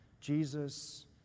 Jesus